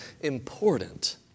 important